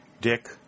Dick